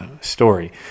story